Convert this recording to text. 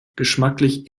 geschmacklich